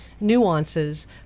nuances